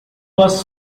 was